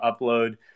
upload